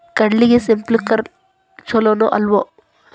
ಕಡ್ಲಿಗೆ ಸ್ಪ್ರಿಂಕ್ಲರ್ ಛಲೋನೋ ಅಲ್ವೋ?